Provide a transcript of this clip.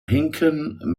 hinken